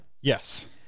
Yes